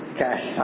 cash